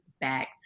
back